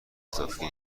اضافی